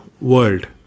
world